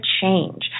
change